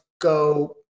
go